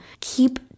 keep